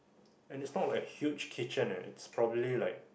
and it's not like a huge kitchen ah it's probably like